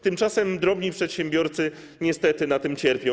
Tymczasem drobni przedsiębiorcy niestety na tym cierpią.